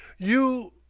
you!